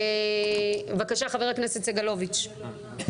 בבקשה, חבר הכנסת סגלוביץ'.